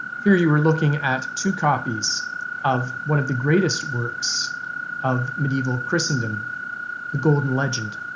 here you are looking at two copies of one of the greatest works of medieval christendom the golden legend.